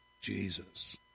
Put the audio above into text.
Jesus